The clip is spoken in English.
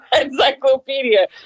encyclopedia